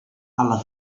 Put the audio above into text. alla